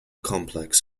complex